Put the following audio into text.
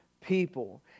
people